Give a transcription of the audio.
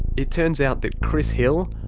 it turns out that chris hill,